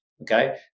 Okay